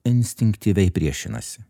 instinktyviai priešinasi